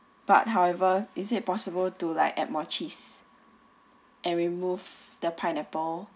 but however is it possible to like add more cheese and remove the pineapple